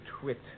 twit